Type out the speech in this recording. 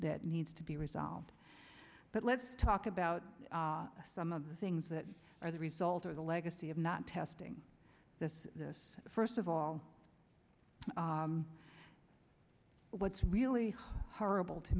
that needs to be resolved but let's talk about some of the things that are the result of the legacy of not testing this this first of all but what's really horrible to